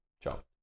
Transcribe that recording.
Ciao